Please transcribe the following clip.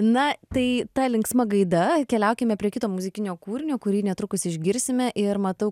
na tai ta linksma gaida keliaukime prie kito muzikinio kūrinio kurį netrukus išgirsime ir matau